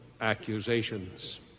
accusations